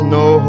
no